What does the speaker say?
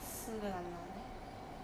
四个男的啊